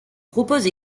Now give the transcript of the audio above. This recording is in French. proposent